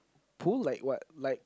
pool like what like